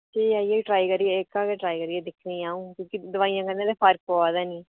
ठीक ऐ इ'यै गै ट्राई करियै एह्का गै ट्राई करियै दिक्खनी अ'ऊं क्यूंकि दवाइयें कन्नै ते फर्क पवै दा निं